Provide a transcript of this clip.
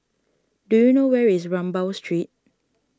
do you know where is Rambau Street